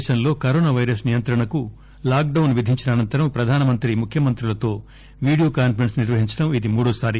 దేశంలో corona virus నియంత్రణకు lockdown విధించిన అనంతరం ప్రాధానమంత్రి ముఖ్యమంత్రులతో వీడియొ కాన్పరెన్స్ నిర్వహించనుండడం ఇది మూడవ సారి